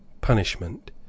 punishment